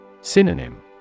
Synonym